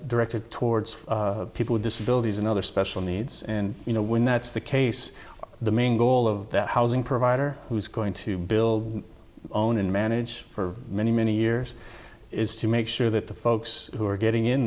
directed towards people disabilities and other special needs and you know when that's the case the main goal of that housing provider who's going to build own and manage for many many years is to make sure that the folks who are getting in